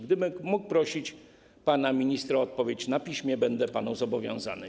Gdybym mógł prosić pana ministra o odpowiedź na piśmie, będę panu zobowiązany.